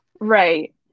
right